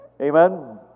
Amen